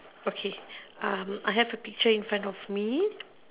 okay um I have a picture in front of me